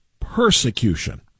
persecution